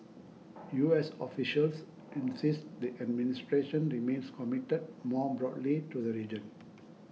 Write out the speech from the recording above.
U S officials insist the administration remains committed more broadly to the region